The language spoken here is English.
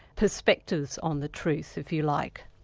perspectives on the truth, if you like.